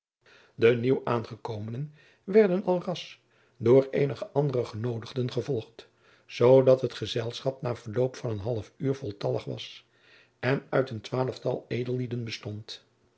de nieuw aangekomenen werden alras door eenige andere genoodigden gevolgd zoodat het gezelschap na verloop van een half uur voltallig was en uit een twaalftal edellieden bestond